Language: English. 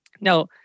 Now